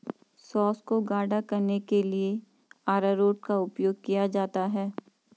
sauce को गाढ़ा करने के लिए अरारोट का उपयोग किया जाता है